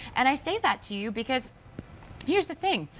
and i say that to you because here's the thing.